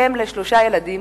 כאם לשלושה ילדים,